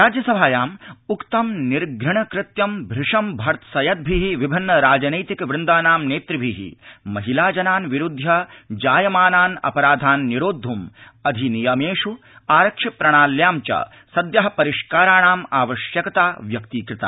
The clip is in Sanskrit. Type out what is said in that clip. राज्यसभायाम् उक्तं निर्घण कृत्यं भ्रशं भर्त्सयद्भि विभिन्न राजनैतिक वृन्दानां नेतृभि महिला जनान् विरुध्य जायमानान् अपराधान् निरोद्ध्म् अधिनियमेष् आरक्षि प्रणाल्यां च सद्य परिष्काराणाम् आवश्यकता व्यक्तीकृता